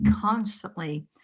constantly